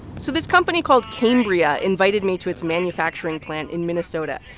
so this company called cambria invited me to its manufacturing plant in minnesota.